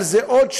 אבל זה עוד שלב,